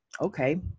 okay